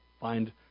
find